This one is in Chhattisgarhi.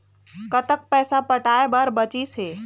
कतक पैसा पटाए बर बचीस हे?